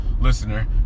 listener